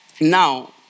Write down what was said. Now